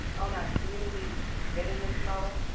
on our community readiness model,